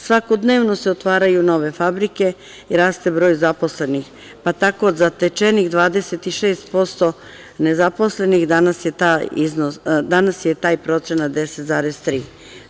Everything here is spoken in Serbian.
Svakodnevno se otvaraju nove fabrike i raste broj zaposlenih, pa tako zatečenih 26% nezaposlenih, danas je taj procenat 10,3%